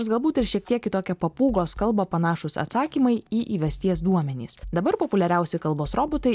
nes galbūt ir šiek tiek į tokią papūgos kalbą panašūs atsakymai į įvesties duomenis dabar populiariausi kalbos robotai